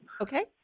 Okay